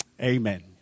amen